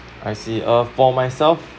I see uh for myself